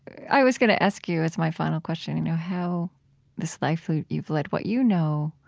i was going to ask you, as my final question, you know how this life that you've led, what you know,